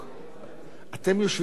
אתם יושבים בדיוק ליד הבמה.